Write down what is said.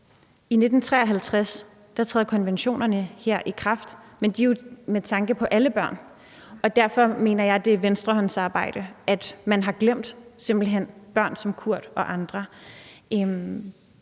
i 1953, konventionerne trådte i kraft. Men de er jo med tanke på alle børn. Derfor mener jeg, det er venstrehåndsarbejde, at man simpelt hen har glemt børn som Kurt og andre.